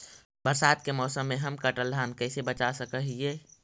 बरसात के मौसम में हम कटल धान कैसे बचा सक हिय?